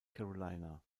carolina